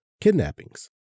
kidnappings